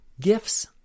Gifts